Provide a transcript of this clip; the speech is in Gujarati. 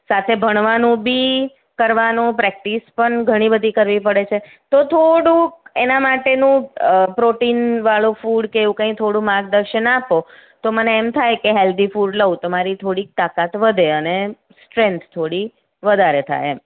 સાથે ભણવાનું બી કરવાનું પ્રેક્ટિસ પણ ઘણી બધી કરવી પડે છે તો થોડુંક એના માટેનું પ્રોટીનવાળું ફૂડ કે એવું કઈ થોડું માર્ગદર્શન આપો તો મને એમ થાય કે હેલ્ધી ફૂડ લઉં તો મારી થોડીક તાકાત વધે અને સ્ટ્રેન્થ થોડી વધારે થાય એમ